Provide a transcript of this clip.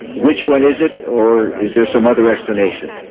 which one is that or is there some other explanation